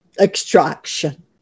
extraction